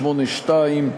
882,